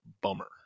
bummer